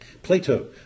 Plato